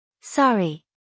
Sorry